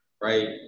right